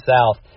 South